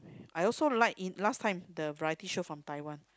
I also like in last time the variety show from Taiwan